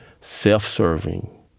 self-serving